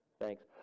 Thanks